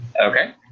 okay